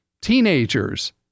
teenagers